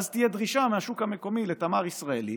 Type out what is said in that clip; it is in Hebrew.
ואז תהיה דרישה מהשוק המקומי לתמר ישראלי,